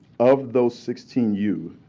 of those sixteen youth,